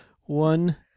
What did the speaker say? one